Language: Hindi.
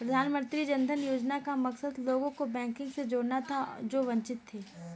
प्रधानमंत्री जन धन योजना का मकसद लोगों को बैंकिंग से जोड़ना था जो वंचित थे